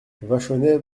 vachonnet